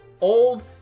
old